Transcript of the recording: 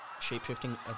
shapeshifting